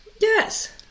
Yes